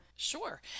Sure